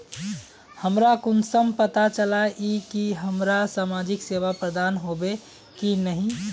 हमरा कुंसम पता चला इ की हमरा समाजिक सेवा प्रदान होबे की नहीं?